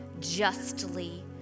justly